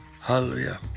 Hallelujah